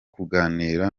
kuganira